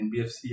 NBFC